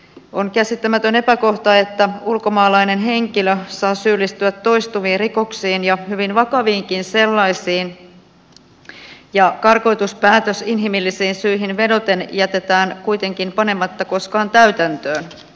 on käsittämätön epäkohta että ulkomaalainen henkilö saa syyllistyä toistuviin rikoksiin ja hyvin vakaviinkin sellaisiin ja karkotuspäätös inhimillisiin syihin vedoten jätetään kuitenkin panematta koskaan täytäntöön